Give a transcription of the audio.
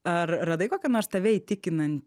ar radai kokią nors tave įtikinan